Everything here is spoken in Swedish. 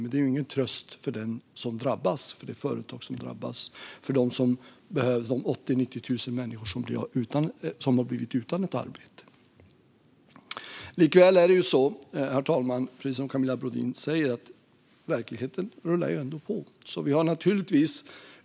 Men det är ju ingen tröst för de företag som drabbas och för de 80 000-90 000 människor som har blivit av med sitt arbete. Likväl, herr ålderspresident, rullar verkligheten ändå på, som Camilla Brodin säger.